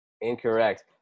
Incorrect